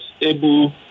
able